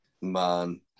Man